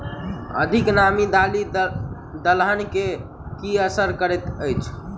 अधिक नामी दालि दलहन मे की असर करैत अछि?